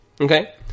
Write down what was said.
Okay